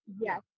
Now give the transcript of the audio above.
yes